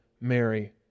Mary